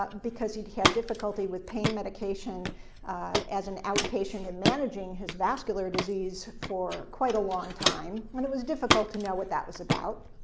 but because he had difficulty with pain medication as an outpatient in managing his vascular disease for quite a long time, and it was difficult to know what that was about,